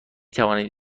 توانید